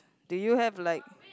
do you have like